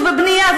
בבנייה,